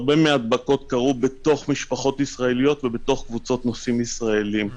הרבה מן ההדבקות קרו בתוך משפחות ישראליות ובתוך קבוצות נוסעים ישראלים.